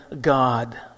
God